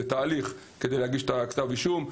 זה תהליך כדי להגיש כתב אישום.